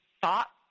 thought